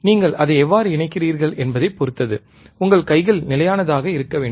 நீங்கள் அதை எவ்வாறு இணைக்கிறீர்கள் என்பதைப் பொறுத்தது உங்கள் கைகள் நிலையானதாக இருக்க வேண்டும்